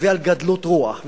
ועל גדלות רוח.